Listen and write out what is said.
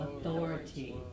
authority